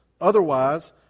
Otherwise